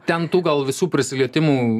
ten tų gal visų prisilietimų